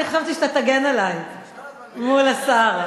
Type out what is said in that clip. אני חשבתי שאתה תגן עלי מול השר.